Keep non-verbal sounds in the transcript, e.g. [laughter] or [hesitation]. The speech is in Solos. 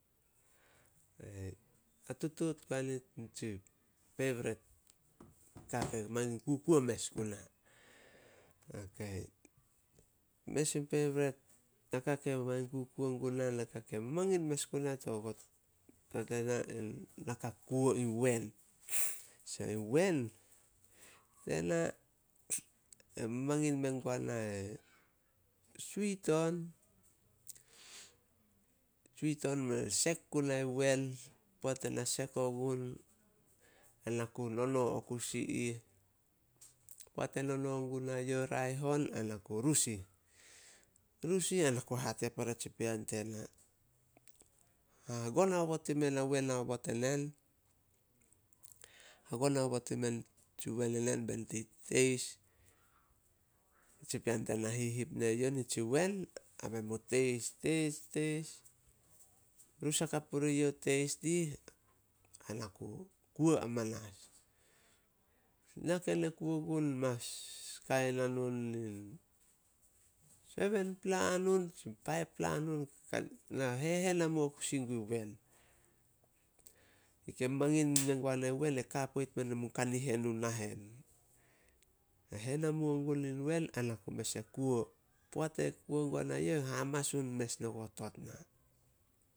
[hesitation] Ne tutuut guae nit nitsi peibret [noise] ka ke mangin kukuo mes guna. [unintelligible] Mes in peibret naka ke mangin kukuo guna, naka ke mangin mes guna togo toae tena, [unintelligible] na ka kuo in wen. [noise] So in wen, tena e mangin mengua na e swit on- swit on [hesitation] sek guna in wen. Poat ena sek ogun ana ku nono o kusi ih. Poat e nono gunae youh e raeh on ai na ku rus ih. Rus ih ai na ku hate pore tsi pean tena, hagon aobot ime na wen aobot enen. Hagon aobot imeh tsi wen aobot enen benit mu teis. Tsi pean tena hihip ne youh nitsi wen, ai men mu teis- teis- teis. Rus hakap puri youh, teis dih ana ku kuo amanas. Na ken e kuo gun mas kain hanun in seben pla hanun tsi paip pla hanun. [hesitation] Na hehen hamuo kusi gun wen. Yi ke mangin [noise] mengua na in wen, e ka poit [unintelligible] kanihen uh nahen. Na hen hamuo guin wen ai na gu mes e kuo. Poat e kuo guana youh, e hamasun mes nogo tot na.